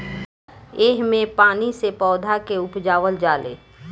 एह मे पानी से पौधा के उपजावल जाले